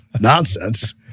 Nonsense